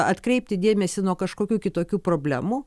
atkreipti dėmesį nuo kažkokių kitokių problemų